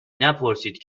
نپرسید